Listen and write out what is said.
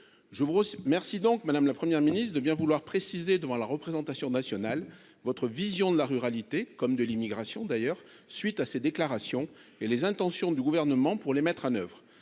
je vois merci donc Madame la première ministre de bien vouloir préciser devant la représentation nationale, votre vision de la ruralité comme de l'immigration d'ailleurs suite à ces déclarations et les intentions du gouvernement pour les mettre en oeuvre,